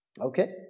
Okay